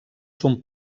son